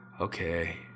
okay